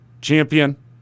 champion